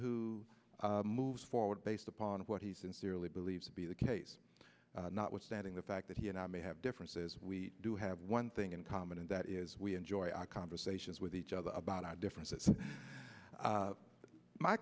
who moves forward based upon what he sincerely believes to be the case notwithstanding the fact that he and i may have differences we do have one thing in common and that is we enjoy our conversations with each other about our differences